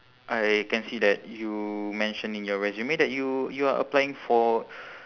I can see that you mention in your resume that you you are applying for